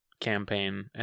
Campaign